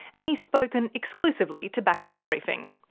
and he's spoken exclusively to background briefing.